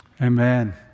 Amen